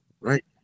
Right